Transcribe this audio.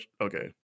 okay